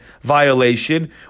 violation